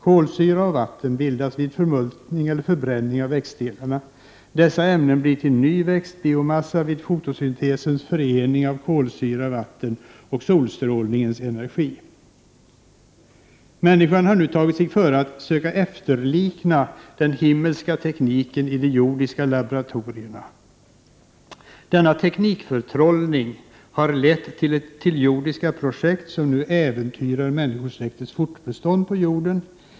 Kolsyra och vatten bildas vid förmultning eller förbränning av växtdelarna. Dessa ämnen blir till ny växtbiomassa vid fotosyntesens förening av kolsyra, vatten och solstrålningens energi. Människan har nu tagit sig före att söka efterlikna den himmelska tekniken i de jordiska laboratorierna. Denna teknikförtrollning har lett till jordiska projekt, som nu äventyrar människosläktets fortbestånd på jorden.